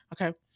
okay